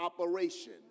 operation